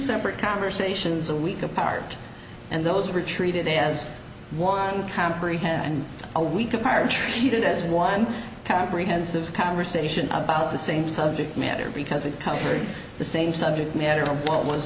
separate conversations a week apart and those were treated as one comprehend a week apart he did as one comprehensive conversation about the same subject matter because it covered the same subject matter what